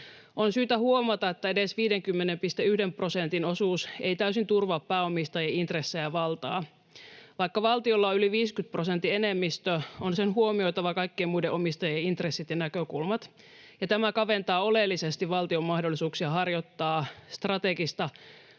On syytä huomata, että edes 50,1 prosentin osuus ei täysin turvaa pääomistajan intressejä ja valtaa. Vaikka valtiolla olisi yli 50 prosentin enemmistö, on sen huomioitava kaikkien muiden omistajien intressit ja näkökulmat, ja tämä kaventaa oleellisesti valtion mahdollisuuksia harjoittaa strategista